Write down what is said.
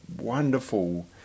wonderful